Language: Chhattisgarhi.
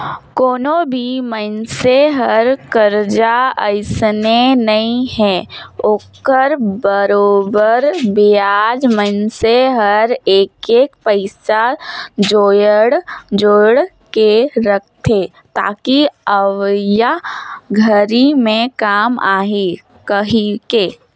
कोनो भी मइनसे हर करजा अइसने नइ हे ओखर बरोबर बियाज मइनसे हर एक एक पइसा जोयड़ जोयड़ के रखथे ताकि अवइया घरी मे काम आही कहीके